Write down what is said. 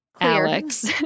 Alex